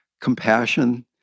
compassion